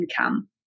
income